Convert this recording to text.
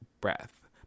breath